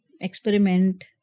experiment